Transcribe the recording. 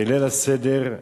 בליל הסדר,